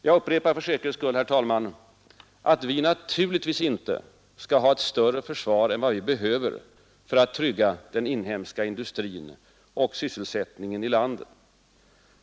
Jag upprepar för säkerhets skull, herr talman, att vi naturligtvis inte skall ha ett större försvar än vi behöver för att trygga den inhemska industrin och sysselsättningen i landet.